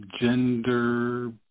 gender